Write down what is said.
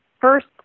first